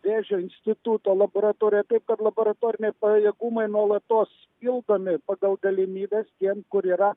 vėžio instituto laboratorija taip kad laboratoriniai pajėgumai nuolatos pildomi pagal galimybes tie kur yra